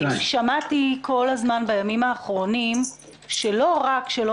שמעתי כל הזמן בימים האחרונים שלא רק שלא